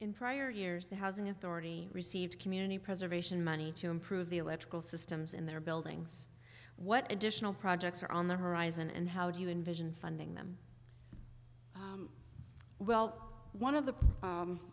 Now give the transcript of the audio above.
in prior years the housing authority received community preservation money to improve the electrical systems in their buildings what additional projects are on the horizon and how do you envision funding them well one of the